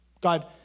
God